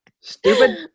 Stupid